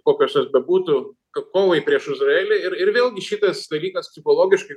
kokios jos bebūtų kad kovai prieš izraelį ir ir vėlgi šitas dalykas psichologiškai